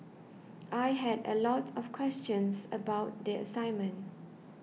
I had a lot of questions about the assignment